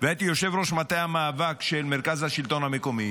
והייתי יושב-ראש מטה המאבק של מרכז השלטון המקומי,